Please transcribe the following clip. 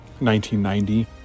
1990